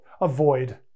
Avoid